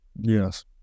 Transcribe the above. Yes